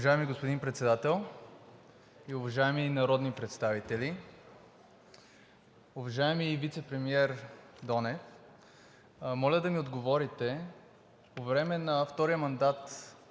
Уважаеми господин Председател, уважаеми народни представители! Уважаеми вицепремиер Донев, моля да ми отговорите: По време на втория мандат